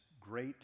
great